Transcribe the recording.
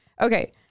Okay